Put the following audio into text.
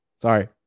Sorry